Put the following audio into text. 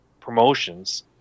promotions